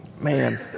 man